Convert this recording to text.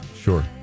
Sure